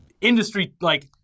industry-like